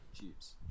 tubes